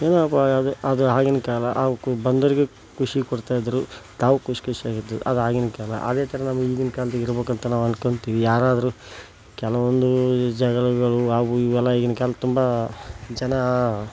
ಏನೋಪ್ಪ ಅದು ಅದು ಆಗಿನ ಕಾಲ ಬಂದೋರಿಗೂ ಖುಷಿ ಕೊಡ್ತಾ ಇದ್ರು ತಾವು ಖುಷಿ ಖುಷಿಯಾಗಿದ್ರು ಅದು ಆಗಿನ ಕಾಲ ಅದೇ ಥರ ನಮ್ಗೆ ಈಗಿನ ಕಾಲದ ಇರಬೇಕಂತ ನಾವು ಅನ್ಕತಿವಿ ಯಾರಾದರೂ ಕೆಲವೊಂದು ಜಗಳಗಳು ಹಾಗೂ ಇವೆಲ್ಲ ಈಗಿನ ಕಾಲದ ತುಂಬ ಜನ